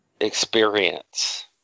experience